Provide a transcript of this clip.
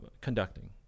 conducting